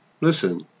Listen